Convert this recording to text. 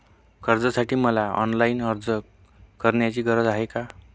कर्जासाठी मला ऑनलाईन अर्ज करण्याची गरज आहे का?